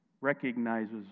recognizes